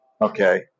Okay